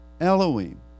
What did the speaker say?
Elohim